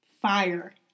Fire